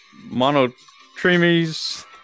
monotremes